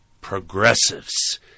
progressives